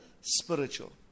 spiritual